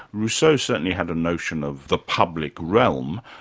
rousseau certainly had a notion of the public realm,